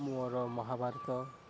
ମୋର ମହାଭାରତ